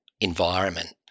environment